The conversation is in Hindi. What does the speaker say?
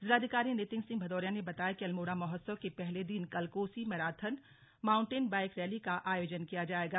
जिलाधिकारी नितिन सिंह भदौरिया ने बताया कि अल्मोड़ा महोत्सव के पहले दिन कल Kosi marathon mountain bike rally का आयोजन किया जायेगा